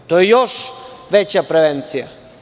To je još veća prevencija.